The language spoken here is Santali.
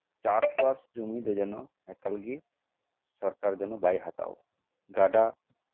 ᱪᱟᱥᱼᱵᱟᱥ ᱡᱚᱢᱤ ᱫᱚ ᱡᱮᱱᱚ ᱮᱠᱟᱞᱜᱮ ᱥᱚᱨᱠᱟᱨ ᱡᱮᱱᱚ ᱵᱟᱭ ᱦᱟᱛᱟᱣ ᱜᱟᱰᱟ